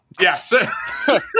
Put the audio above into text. Yes